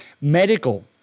medical